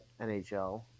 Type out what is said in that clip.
NHL